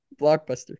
blockbuster